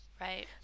Right